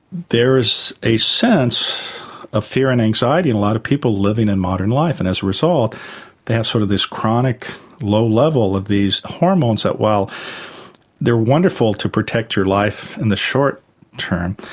there's a sense of fear and anxiety in a lot of people living a and modern life, and as a result they have sort of this chronic low level of these hormones that while they are wonderful to protect your life in the short term,